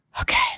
Okay